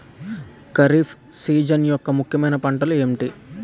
Kharif season యెక్క ముఖ్యమైన పంటలు ఏమిటీ?